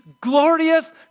glorious